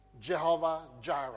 Jehovah-Jireh